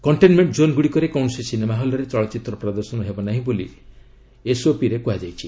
containment ଜୋନ୍ଗୁଡ଼ିକରେ କୌଣସି cinema ହଲ୍ରେ ଚଳଚ୍ଚିତ୍ର ପ୍ରଦର୍ଶନ ହେବ ନାହିଁ ବୋଲି ଏସ୍ଓପିରେ କୁହାଯାଇଛି